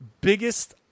biggest